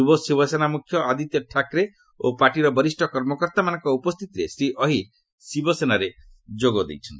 ଯୁବ ଶିବସେନା ମୁଖ୍ୟ ଆଦିତ୍ୟ ଠାକ୍ରେ ଓ ପାର୍ଟିର ବରିଷ କର୍ମକର୍ତ୍ତାମାନଙ୍କ ଉପସ୍ଥିତିରେ ଶ୍ରୀ ଅହିର ଶିବସେନାରେ ଯୋଗ ଦେଇଛନ୍ତି